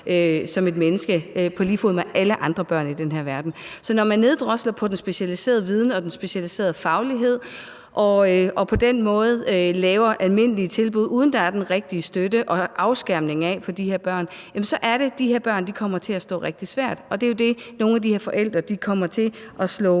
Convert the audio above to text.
som et menneske på lige fod med alle andre børn i den her verden. Så når man neddrosler den specialiserede viden og den specialiserede faglighed og på den måde laver almindelige tilbud, uden at der er den rigtige støtte og afskærmning af de her børn, jamen så er det, at de her børn kommer til at stå rigtig svært. Og det er jo det, nogle af de her forældre kommer til at